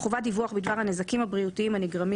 הנזקים הבריאותיים הנגרמים